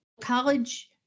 college